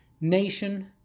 nation